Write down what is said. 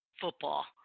football